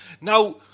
Now